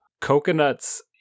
Coconuts